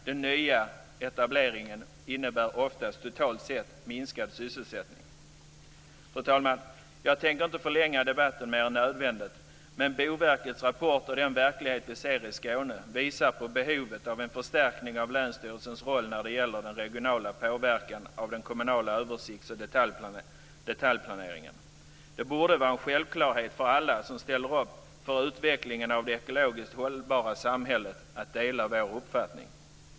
Den nya etableringen innebär alltså oftast totalt sett en minskad sysselsättning. Fru talman! Jag tänker inte förlänga debatten mer än nödvändigt men jag vill peka på att Boverkets rapport och den verklighet vi ser i Skåne visar på behovet av en förstärkning av länsstyrelsens roll när det gäller den regionala påverkan av den kommunala översikts och detaljplaneringen. Det borde vara en självklarhet för alla som ställer upp för utvecklingen av det ekologiskt hållbara samhället att dela vår uppfattning.